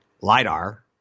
LIDAR